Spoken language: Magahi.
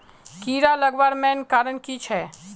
कीड़ा लगवार मेन कारण की छे?